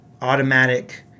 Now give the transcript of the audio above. automatic